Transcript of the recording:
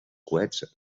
coets